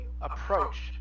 approached